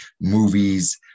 movies